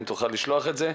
אם תוכל לשלוח את זה.